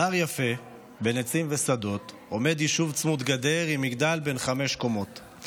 על הר יפה בין עצים ושדות עומד יישוב צמוד גדר עם מגדל בן חמש קומות.